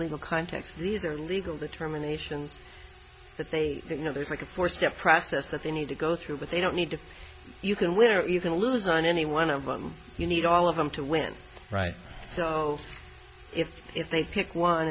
legal context these are legal determinations that they you know there's like a four step process that they need to go through but they don't need to you can win or even lose on any one of them you need all of them to win right so if if they pick one